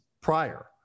prior